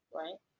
right